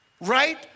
right